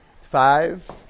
Five